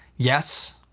yes,